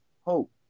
hope